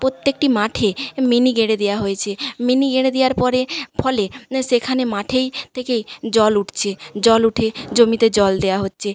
পত্যেকটি মাঠে মিনি গেঁড়ে দেওয়া হয়েছে মিনি গেঁড়ে দেওয়ার পরে ফলে সেখানে মাঠেই থেকেই জল উঠছে জল উঠে জমিতে জল দেওয়া হচ্ছে